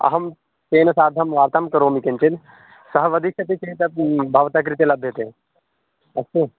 अहं तेन साकं वार्तां करोमि किञ्चिद् सः वदिष्यति चेदपि भवतः कृते लभ्यते अस्तु